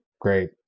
Great